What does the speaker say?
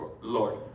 Lord